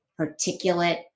particulate